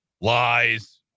lies